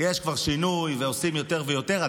יש כבר שינוי, ועושים יותר ויותר.